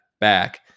back